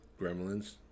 Gremlins